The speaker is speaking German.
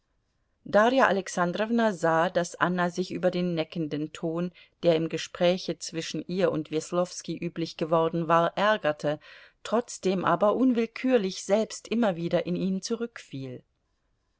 darja alexandrowna sah daß anna sich über den neckenden ton der im gespräche zwischen ihr und weslowski üblich geworden war ärgerte trotzdem aber unwillkürlich selbst immer wieder in ihn